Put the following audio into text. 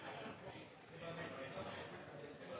det da